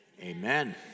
amen